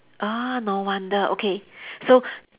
ah no wonder okay so